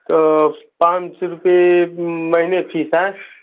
तो पाँच सौ रुपये महीने फीस है